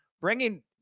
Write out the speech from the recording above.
bringing